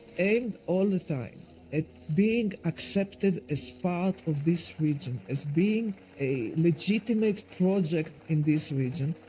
end all the time at being accepted as part of this region as being a legitimate project in this region,